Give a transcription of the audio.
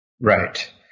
Right